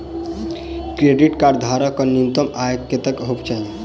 Credit card धारक कऽ न्यूनतम आय कत्तेक हेबाक चाहि?